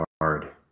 hard